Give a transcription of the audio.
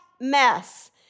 mess